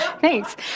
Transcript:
Thanks